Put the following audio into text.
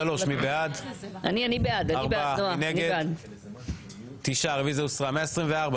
הצבעה בעד, 4 נגד, 9 נמנעים, אין לא אושר.